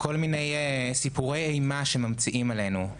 כל מיני סיפורי אימה שממציאים עלינו.